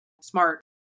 smart